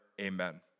Amen